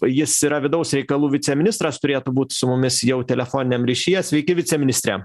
jis yra vidaus reikalų viceministras turėtų būt su mumis jau telefoniniam ryšyje sveiki viceministre